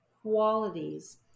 qualities